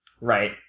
Right